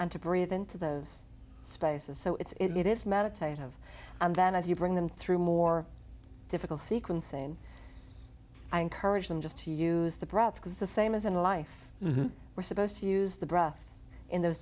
to breathe into those spaces so it's it is meditative and then as you bring them through more difficult sequencing i encourage them just to use the breath because the same as in life we're supposed to use the breath in those